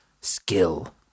skill